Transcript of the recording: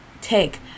take